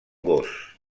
gos